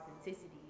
authenticity